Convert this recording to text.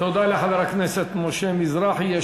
תודה לחבר הכנסת משה מזרחי.